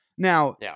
Now